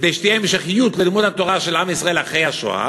כדי שתהיה המשכיות ללימוד התורה של עם ישראל אחרי השואה,